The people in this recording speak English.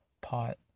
pot